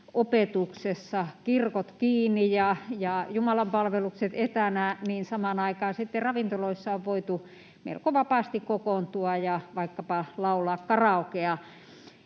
etäopetuksessa, kirkot kiinni ja jumalanpalvelukset etänä, ravintoloissa on voitu melko vapaasti kokoontua ja vaikkapa laulaa karaokea.